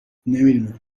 نمیدونم